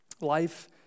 Life